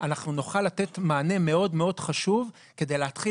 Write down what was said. אנחנו נוכל לתת מענה מאוד מאוד חשוב כדי להתחיל